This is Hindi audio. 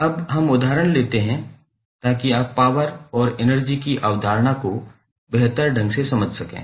अब हम उदाहरण लेते हैं ताकि आप पॉवर और एनर्जी की अवधारणा को बेहतर ढंग से समझ सकें